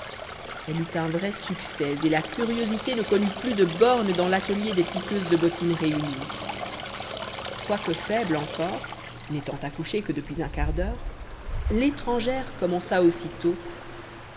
elle eut un vrai succès et la curiosité ne connut plus de bornes dans l'atelier des piqueuses de bottines réunies quoique faible encore n'étant accouchée que depuis un quart d'heure l'étrangère commença aussitôt